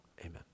Amen